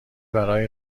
برای